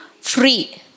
free